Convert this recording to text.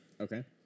Okay